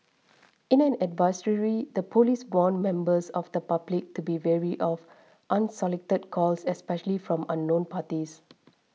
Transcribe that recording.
in an advisory the police warned members of the public to be wary of unsolicited calls especially from unknown parties